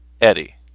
Eddie